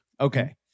Okay